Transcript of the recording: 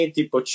tipo